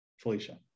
Felicia